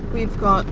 we've got